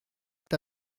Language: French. est